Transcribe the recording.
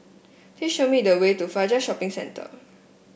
please show me the way to Fajar Shopping Centre